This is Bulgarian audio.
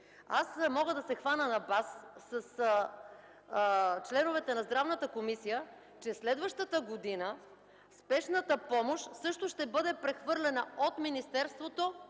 Аз мога да се хвана на бас с членовете на Здравната комисия, че следващата година „Спешната помощ” също ще бъде прехвърлена от министерството